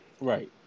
Right